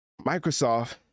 microsoft